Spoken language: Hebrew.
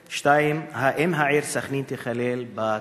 2. האם העיר סח'נין תיכלל בתוכנית?